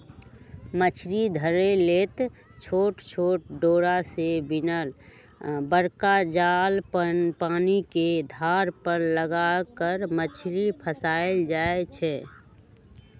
मछरी धरे लेल छोट छोट डोरा से बिनल बरका जाल पानिके धार पर लगा कऽ मछरी फसायल जाइ छै